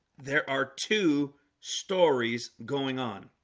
there are two stories going on